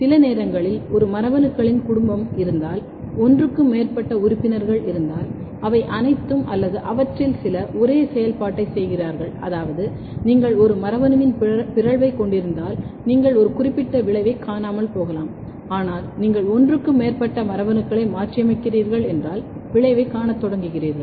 சில நேரங்களில் ஒரு மரபணுக்களின் குடும்பம் இருந்தால் ஒன்றுக்கு மேற்பட்ட உறுப்பினர்கள் இருந்தால் அவை அனைத்தும் அல்லது அவற்றில் சில ஒரே செயல்பாட்டைச் செய்கிறார்கள் அதாவது நீங்கள் ஒரு மரபணுவின் பிறழ்வைக் கொண்டிருந்தால் நீங்கள் ஒரு குறிப்பிடத்தக்க விளைவைக் காணாமல் போகலாம் ஆனால் நீங்கள் ஒன்றுக்கு மேற்பட்ட மரபணுக்களை மாற்றியமைக்கிறீர்கள் என்றால் விளைவைக் காணத் தொடங்குகிறீர்கள்